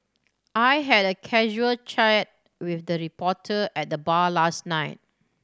I had a casual chat with a reporter at the bar last night